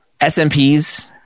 SMPs